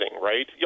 right